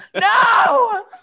No